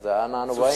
אז אנה אנו באים?